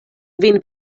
vin